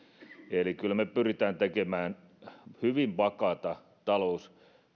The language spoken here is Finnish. eli kyllä me pyrimme tekemään hyvin vakaata talous